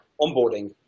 onboarding